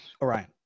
Orion